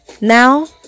Now